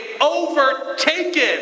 overtaken